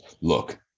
look